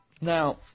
Now